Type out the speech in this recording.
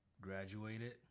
Graduated